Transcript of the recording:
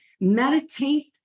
meditate